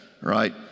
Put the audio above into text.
right